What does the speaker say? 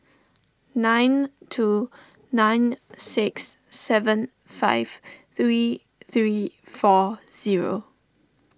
nine two nine six seven five three three four zero